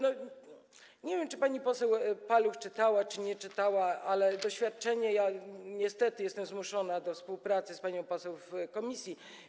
Nie wiem, czy pani poseł Paluch to czytała, czy tego nie czytała, ale doświadczenie - niestety jestem zmuszona do współpracy z panią poseł w komisji.